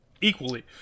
Equally